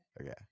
Okay